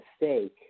mistake